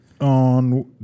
On